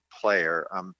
player